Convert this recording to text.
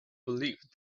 believed